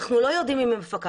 אנחנו לא יודעים אם היא מפקחת,